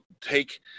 take